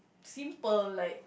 simple like